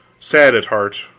sad at heart,